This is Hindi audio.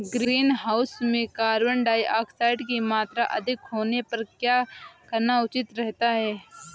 ग्रीनहाउस में कार्बन डाईऑक्साइड की मात्रा अधिक होने पर क्या करना उचित रहता है?